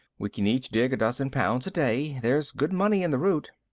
we can each dig a dozen pounds a day. there's good money in the root.